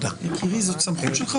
פחות משנה,